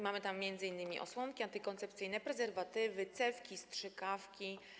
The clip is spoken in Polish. Mamy tam m.in. osłonki antykoncepcyjne, prezerwatywy, cewki i strzykawki.